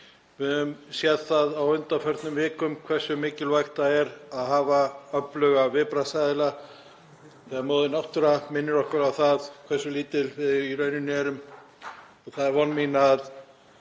Við höfum séð það á undanförnum vikum hversu mikilvægt það er að hafa öfluga viðbragðsaðila þegar móðir náttúra minnir okkur á það hversu lítil í rauninni við erum. Það er von mín að